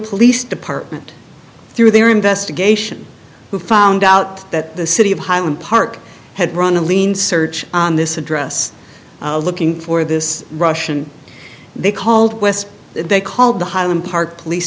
police department through their investigation who found out that the city of highland park had run a lean search on this address looking for this russian they called west they called the highland park police